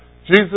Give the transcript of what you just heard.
Jesus